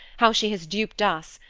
how she has duped us,